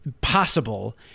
possible